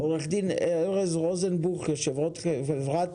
עו"ד ארז רוזנבוך, יושב-ראש חברת